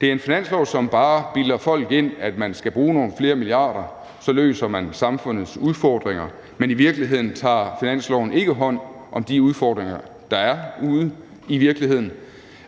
Det er en finanslov, som bare bilder folk ind, at man skal bruge nogle flere milliarder, for så løser man samfundets udfordringer, men i virkeligheden tager finansloven ikke hånd om de udfordringer, der er ude i virkeligheden,